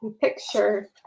picture